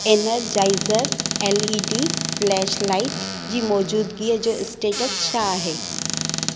Energizer L E D flashlight जी मौजूदिगीअ जो स्टेटस छा आहे